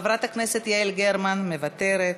חברת הכנסת יעל גרמן מוותרת.